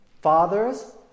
fathers